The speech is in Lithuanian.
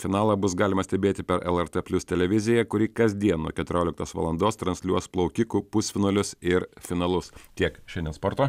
finalą bus galima stebėti per lrt plius televiziją kuri kasdien nuo keturioliktos valandos transliuos plaukikų pusfinalius ir finalus tiek šiandien sporto